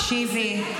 טלי, טלי, תקשיבי.